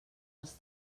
els